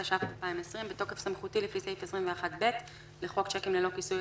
התש״ף־2020 בתוקף סמכותי לפי סעיף 21(ב) לחוק שיקים ללא כיסוי,